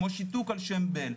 כמו שיתוק על שם בן.